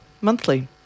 monthly